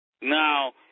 Now